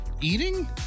eating